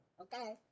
okay